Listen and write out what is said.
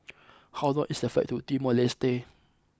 how long is the flight to Timor Leste